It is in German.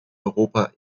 europa